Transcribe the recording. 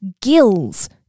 gills